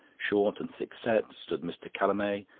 short and thick-set, stood mr. callamay,